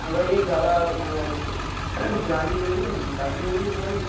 تورئی زیادہ پرانی تو نہیں ہوگی تازی ہوگی تورئی